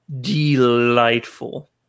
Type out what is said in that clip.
delightful